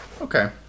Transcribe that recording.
Okay